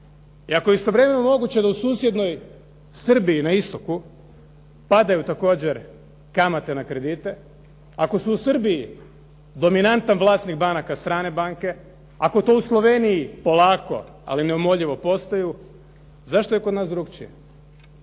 i ako je istovremeno moguće da u susjednoj Srbiji na istoku padaju također kamate na kredite, ako su u Srbiji dominantan vlasnik banaka strane banke, ako to u Sloveniji polako ali neumoljivo postaju zašto je kod nas drukčije.